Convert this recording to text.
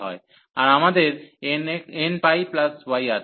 হয় আর আমাদের nπy আছে